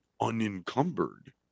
unencumbered